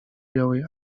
białej